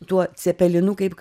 tuo cepelinu kaip